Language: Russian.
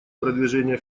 продвижения